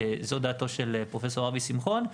וזו דעתו של פרופ' אבי שמחון.